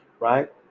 right